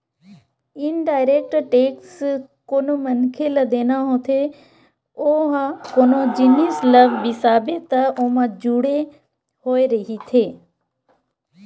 indirect tax कोनो मनखे ल देना होथे ओहा कोनो जिनिस ल बिसाबे त ओमा जुड़े होय रहिथे